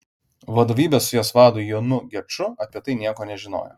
vadovybė su jos vadu jonu geču apie tai nieko nežinojo